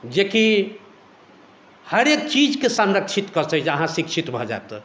जेकि हरेक चीजके संरक्षित कऽ सकैत छियै जँ अहाँ शिक्षित भऽ जायब तऽ